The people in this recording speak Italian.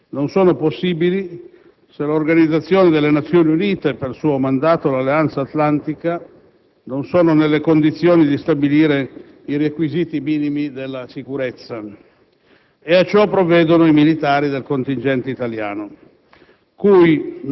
sia l'estirpazione delle basi del terrorismo internazionale, non sono possibili se l'organizzazione delle Nazioni Unite e, per suo mandato, l'Alleanza Atlantica, non sono nelle condizioni di stabilire i requisiti minimi della sicurezza.